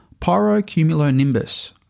pyrocumulonimbus